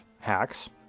hacks